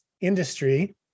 industry